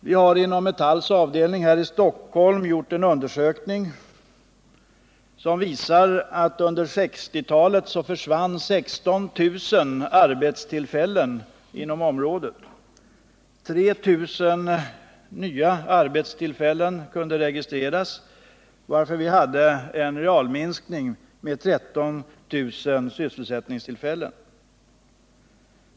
Vi har inom Metalls avdelning här i Stockholm gjort en undersökning som visar att det under 1960-talet försvann 16 000 arbetstillfällen inom området. 3 000 nya arbetstillfällen kunde registreras, varför vi hade en realminskning med 13 000 sysselsättningstillfällen.